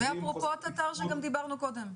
זה אפרופו התט"ר שגם דיברנו קודם.